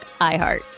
iHeart